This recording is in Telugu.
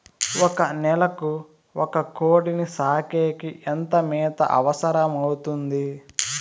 ఒక నెలకు ఒక కోడిని సాకేకి ఎంత మేత అవసరమవుతుంది?